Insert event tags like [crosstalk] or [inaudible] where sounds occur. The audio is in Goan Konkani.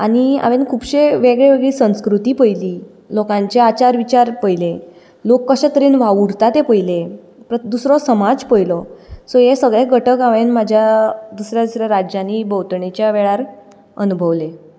आनी हांवें खुबशे वेगळी वेगळी संस्कृती पयली लोकांचे आचार विचार पयले लोक कशे तरेन वावुरतात ते पयले [unintelligible] दुसरो समाज पयलो सो हे सगळें घटक हांवे म्हज्या दुसऱ्या दुसऱ्या राज्यांनी भोंवतणीच्या वेळार अणभवले